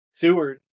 Seward